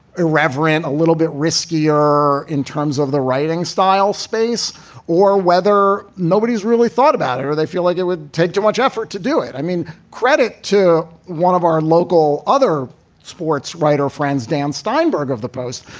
irreverent, a little bit riskier in terms of the writing style space or whether nobody's really thought about it or they feel like it would take too much effort to do it. i mean, credit to one of our local other sports writer friends, dan steinberg of the post.